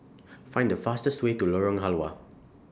Find The fastest Way to Lorong Halwa